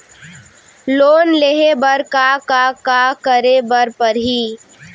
Loan लेहे बर का का का करे बर परहि?